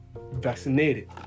vaccinated